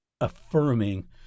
affirming